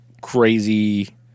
crazy